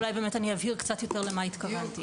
אולי אני באמת אבהיר קצת יותר למה התכוונתי.